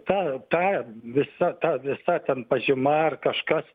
ta ta visa ta visa ten pažyma ar kažkas